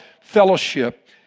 fellowship